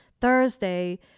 Thursday